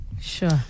Sure